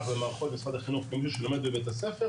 במערכות משרד החינוך כמי שלומד בבית-הספר,